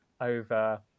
over